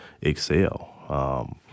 excel